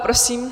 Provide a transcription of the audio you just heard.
Prosím.